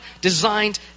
designed